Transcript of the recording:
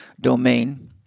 domain